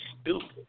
stupid